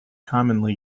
commonly